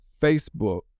Facebook